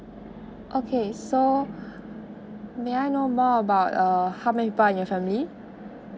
okay so may I know more about err how many people are in your family